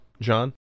John